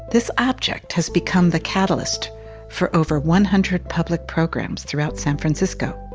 this object has become the catalyst for over one hundred public programs throughout san francisco.